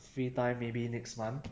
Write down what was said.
free time maybe next month